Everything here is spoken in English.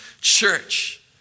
church